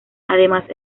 además